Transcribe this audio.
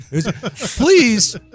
Please